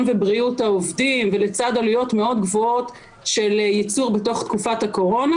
ובריאות העובדים ולצד עלויות מאוד גבוהות של ייצור בתוך תקופת הקורונה.